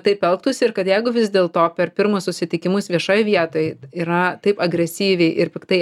taip elgtųsi ir kad jeigu vis dėlto per pirmus susitikimus viešoj vietoj yra taip agresyviai ir piktai